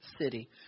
city